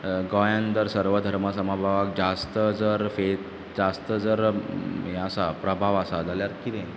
गोंयांन जर सर्व धर्म समभावाक जास्त जर फेत जास्त जर हें आसा प्रभाव आसा जाल्यार कितें